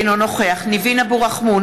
אינו נוכח ניבין אבו רחמון,